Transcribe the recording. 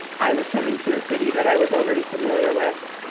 i was coming to a city that i was already familiar with.